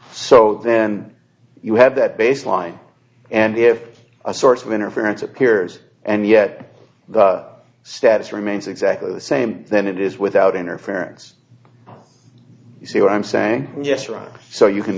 so then you have that baseline and if a source of interference appears and yet the status remains exactly the same then it is without interference you see what i'm saying yes right so you can